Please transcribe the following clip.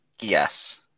Yes